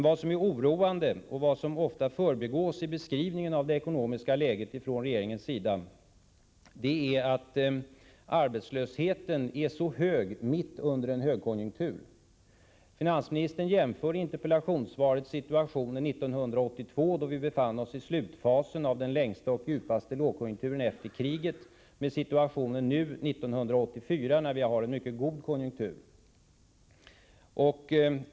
Vad som är oroande — och vad som ofta förbigås i regeringens beskrivning av det ekonomiska läget — är att arbetslösheten är så hög mitt under en högkonjunktur. Finansministern jämför i interpellationssvaret situationen 1982, då vi befann oss i slutfasen av den längsta och djupaste lågkonjunkturen efter kriget, med situationen nu, 1984, när vi har en mycket god konjunktur.